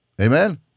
amen